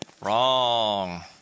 Wrong